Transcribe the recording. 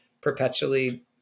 perpetually